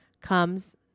comes